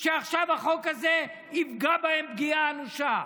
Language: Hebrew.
שעכשיו החוק הזה יפגע בהן פגיעה אנושה?